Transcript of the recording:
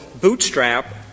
bootstrap